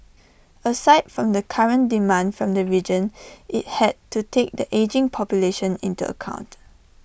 aside from the current demand from the region IT had to take the ageing population into account